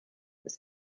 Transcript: ist